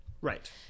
Right